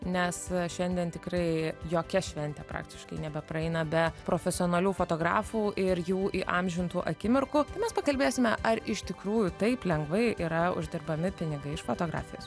nes šiandien tikrai jokia šventė praktiškai nebepraeina be profesionalių fotografų ir jų įamžintų akimirkų mes pakalbėsime ar iš tikrųjų taip lengvai yra uždirbami pinigai iš fotografijos